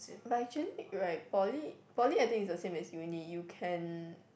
but actually right poly poly I think it's the same as you need you can